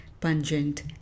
pungent